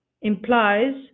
implies